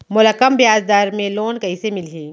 मोला कम ब्याजदर में लोन कइसे मिलही?